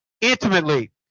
intimately